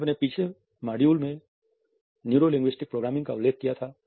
हमने अपने पिछले मॉड्यूल में न्यूरो लिंगविस्टिक प्रोग्रामिंग का उल्लेख किया था